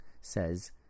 says